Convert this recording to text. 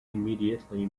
immediately